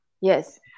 yes